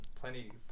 plenty